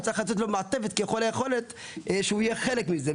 צריך לתת לו מעטפת ככל היכולת שהוא יהיה חלק מזה.